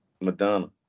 Madonna